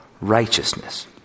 righteousness